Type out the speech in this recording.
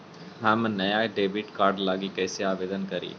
हम नया debit card लागी कईसे आवेदन करी?